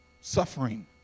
Suffering